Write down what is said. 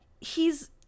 he's-